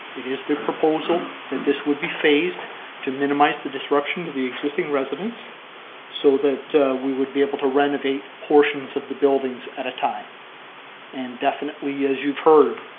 it is the proposal that this would be phased to minimize the disruption of the existing residence so that we would be able to renovate portions of the buildings at a time and definitely as you've heard,